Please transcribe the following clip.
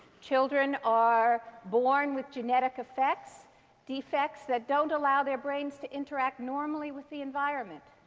children are born with genetic effects defects that don't allow their brains to interact normally with the environment.